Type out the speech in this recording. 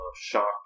shock